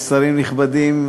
שרים נכבדים,